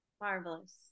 Marvelous